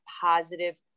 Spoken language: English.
positive